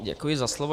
Děkuji za slovo.